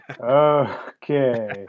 okay